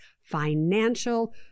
financial